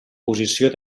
posició